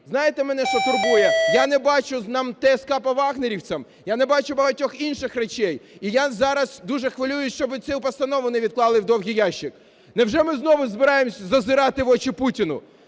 знаєте, мене що турбує? Я не бачу ТСК по "вагнерівцям", я не бачу багатьох інших речей. І я зараз дуже хвилююсь, щоб цю постанову не відклали у довгий ящик. Невже ми знову збираємося зазирати в очі Путіну?